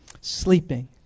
Sleeping